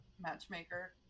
matchmaker